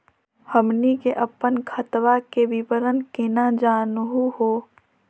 हमनी के अपन खतवा के विवरण केना जानहु हो?